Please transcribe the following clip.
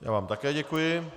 Já vám také děkuji.